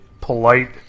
polite